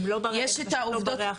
הם לא ברי אכיפה.